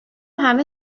همه